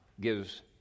gives